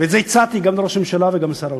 והצעתי את זה לראש הממשלה וגם לשר האוצר.